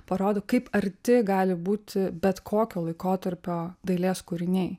parodo kaip arti gali būti bet kokio laikotarpio dailės kūriniai